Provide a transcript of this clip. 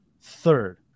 third